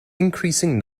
increasing